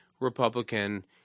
Republican